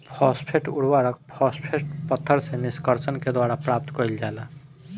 phosphate उर्वरक, phosphate पत्थर से निष्कर्षण के द्वारा प्राप्त कईल जाला